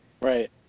right